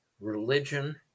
religion